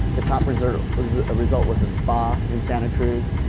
the top result was result was a spa in santa cruz.